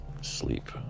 sleep